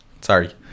Sorry